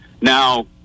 Now